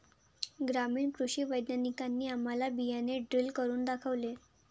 ग्रामीण कृषी वैज्ञानिकांनी आम्हाला बियाणे ड्रिल करून दाखवले